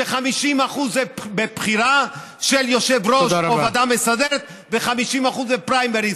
ש-50% זה בבחירה של יושב-ראש או ועדה מסדרת ו-50% בפריימריז.